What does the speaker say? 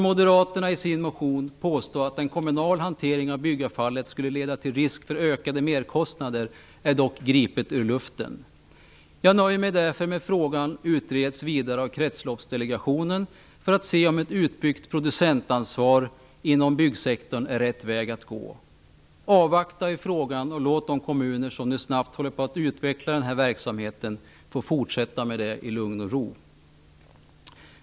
Moderaterna påstår i sin motion att en kommunal hantering av byggavfallet skulle leda till risk för ökade merkostnader. Det är dock gripet ur luften. Jag nöjer mig därför med att frågan utreds vidare av kretsloppsdelegationen för att se om ett utbyggt producentansvar inom byggsektorn är rätt väg att gå. Avvakta i frågan och låt de kommuner som nu snabbt håller på att utveckla den här verksamheten få fortsätta med det i lugn och ro!